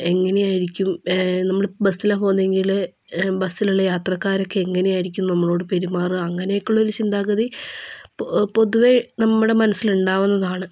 എങ്ങനെ ആയിരിക്കും നമ്മൾ ബസ്സിലാണ് പോകുന്നതെങ്കിൽ ബസ്സിലുള്ള യാത്രക്കാരൊക്കെ എങ്ങനെയായിരിക്കും നമ്മളോട് പെരുമാറുക അങ്ങനെ ഒക്കെയുള്ള ഒരു ചിന്താഗതി പൊതുവേ നമ്മുടെ മനസ്സിൽ ഉണ്ടാവുന്നതാണ്